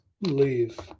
leave